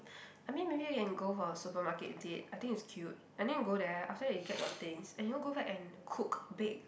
I mean maybe you can go for supermarket date I think it's cute and then you go there after that you get your things and you all go back and cook bake